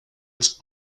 its